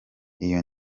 iyo